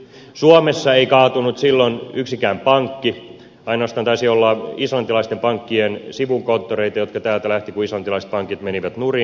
suomessa ei kaatunut silloin yksikään pankki ainoastaan taisi olla islantilaisten pankkien sivukonttoreita jotka täältä lähtivät kun islantilaiset pankit menivät nurin